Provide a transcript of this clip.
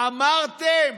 אמרתם?